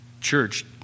church